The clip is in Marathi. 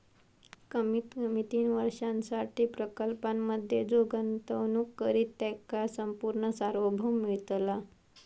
कमीत कमी तीन वर्षांसाठी प्रकल्पांमधे जो गुंतवणूक करित त्याका संपूर्ण सार्वभौम मिळतला